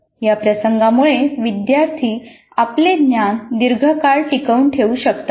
या प्रसंगांमुळे विद्यार्थी आपले ज्ञान दीर्घकाळ टिकवून ठेवू शकतात